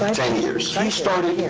ten years. he started